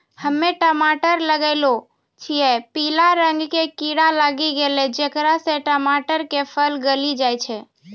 हम्मे टमाटर लगैलो छियै पीला रंग के कीड़ा लागी गैलै जेकरा से टमाटर के फल गली जाय छै?